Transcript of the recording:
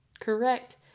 correct